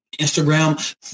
Instagram